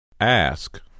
Ask